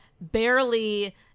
barely